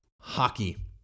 hockey